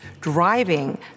driving